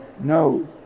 no